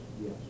yes